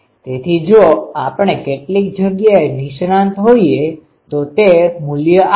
તેથી જો આપણે કેટલીક જગ્યાએ નિષ્ણાત હોઈએ તો તે મૂલ્ય આપે છે